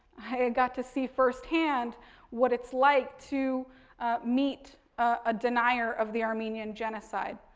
i got to see firsthand what it's like to meet a denier of the armenian genocide.